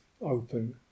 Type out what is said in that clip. open